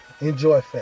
enjoy